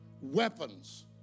weapons